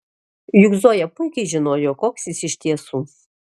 juk zoja puikiai žinojo koks jis iš tiesų